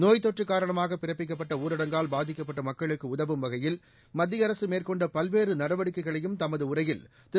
நோய்த் தொற்று காரணமாக பிறப்பிக்கப்பட்ட ஊரடங்கால் பாதிக்கப்பட்ட மக்களுக்கு உதவும் வகையில் மத்திய அரசு மேற்கொண்ட பல்வேறு நடவடிக்கைகளையும் தனது உரையில் திரு